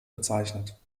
bezeichnet